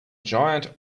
giant